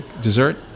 Dessert